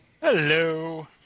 Hello